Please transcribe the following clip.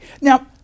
Now